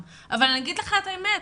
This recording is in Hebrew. אבל אני אגיד לכם את האמת,